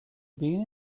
been